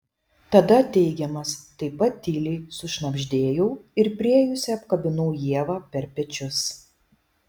tada teigiamas taip pat tyliai sušnabždėjau ir priėjusi apkabinau ievą per pečius